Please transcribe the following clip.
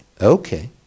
okay